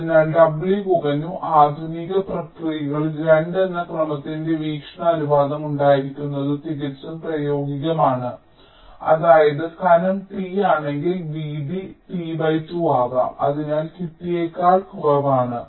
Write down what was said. അതിനാൽ w കുറഞ്ഞു ആധുനിക പ്രക്രിയകളിൽ 2 എന്ന ക്രമത്തിന്റെ വീക്ഷണ അനുപാതം ഉണ്ടായിരിക്കുന്നത് തികച്ചും പ്രായോഗികമാണ് അതായത് കനം t ആണെങ്കിൽ വീതി t 2 ആകാം അതിനാൽ കട്ടിയേക്കാൾ കുറവാണ്